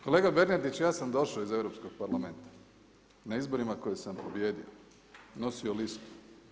Kolega Bernardiću ja sam došao u Europskog parlamenta, na izborima na kojima sam pobijedio, nosio listu.